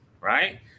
right